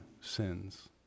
sins